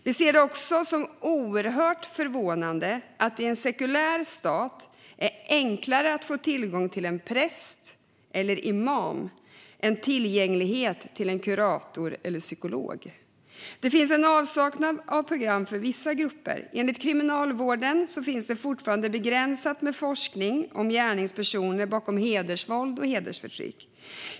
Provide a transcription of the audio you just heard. Vi ser det också som oerhört förvånande att det i en sekulär stat är enklare att få tillgång till en präst eller en imam än till en kurator eller en psykolog. Det finns en avsaknad av program för vissa grupper. Till exempel finns det, enligt Kriminalvården, fortfarande begränsat med forskning om gärningspersonerna bakom hedersvåld och hedersförtryck.